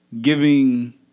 giving